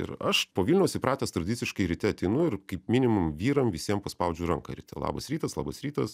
ir aš po vilniaus įpratęs tradiciškai ryte ateinu ir kaip minimum vyram visiem paspaudžiu ranką ryte labas rytas labas rytas